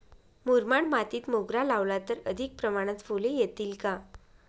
मुरमाड मातीत मोगरा लावला तर अधिक प्रमाणात फूले येतील का?